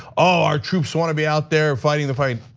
ah our troops wanna be out there fighting the fight.